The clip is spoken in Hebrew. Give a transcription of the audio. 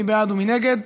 מי בעד ומי נגד?